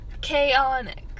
Chaotic